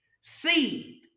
Seed